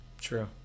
true